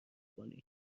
کنی